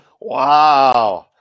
wow